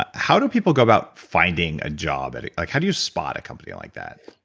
ah how do people go about finding a job? and like how do you spot a company like that?